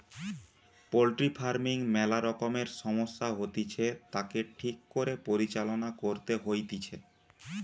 poultry farming ম্যালা রকমের সমস্যা হতিছে, তাকে ঠিক করে পরিচালনা করতে হইতিছে